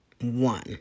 one